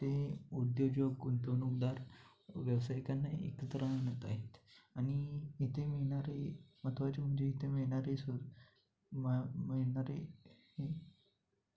ते उद्योजक गुंतवणूकदार व्यवसायिकांना एकत्र आणत आहेत आणि इथे मिळणारे महत्त्वाचे म्हणजे इथे मिळणारे सुर मिळणारे हे